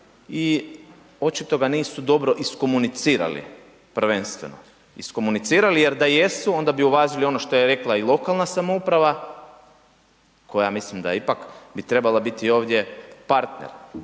i očito ga nisu dobro iskomunicirali, prvenstveno. Iskomunicirali, jer da jesu onda bi uvažili ono što je rekla i lokalna samouprava koja ja mislim da ipak bi trebala biti ovdje partner.